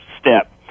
step